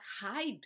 hide